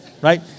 Right